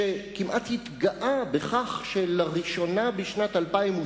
שכמעט התגאה בכך שלראשונה בשנת 2008